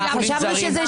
שיקולים זרים.